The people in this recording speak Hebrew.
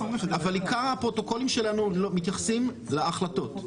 עיקר הפרוטוקולים שלנו מתייחסים להחלטות.